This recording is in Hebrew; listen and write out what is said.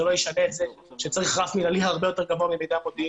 זה לא ישנה את זה - שצריך רף מינהלי הרבה יותר גבוה ממידע מודיעיני.